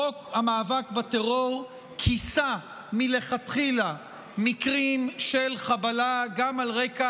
חוק המאבק בטרור כיסה מלכתחילה מקרים של חבלה גם על רקע